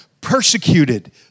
persecuted